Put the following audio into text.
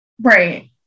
right